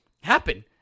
happen